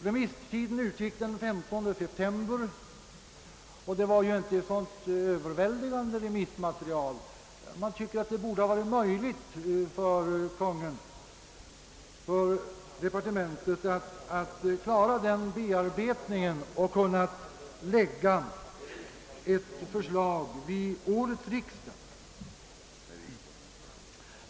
Remisstiden utgick dock den 15 september och det var ju inte något överväldigande remissmaterial. Man tycker att det borde ha varit möjligt för departementet att klara den bearbetningen och framlägga förslag till årets riksdag.